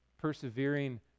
persevering